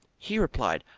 he replied,